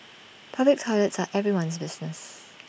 public toilets are everyone's business